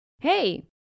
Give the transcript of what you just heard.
hey